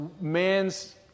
man's